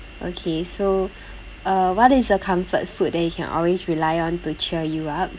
okay so uh what is a comfort food that you can always rely on to cheer you up